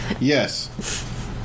yes